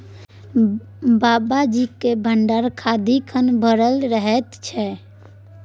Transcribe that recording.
बाबाजीक भंडार सदिखन भरल रहैत छै